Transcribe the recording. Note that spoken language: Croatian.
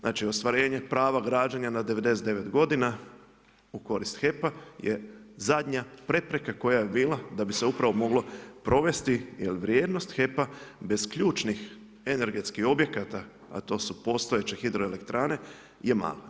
Znači ostvarenje prava građenja na 99 g. u korist HEP-a je zadnja prepreka koja je bila da bi se upravo moglo provesti, jer vrijednost HEP-a bez ključnih energetskih objekata, a to su postojeće hidroelektrane je mala.